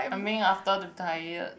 coming after retired